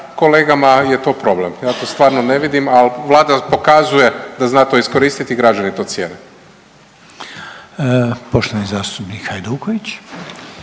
kolegama je to problem. Ja to stvarno ne vidim, ali Vlada pokazuje da zna to iskoristiti i građani to cijene. **Reiner, Željko